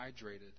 hydrated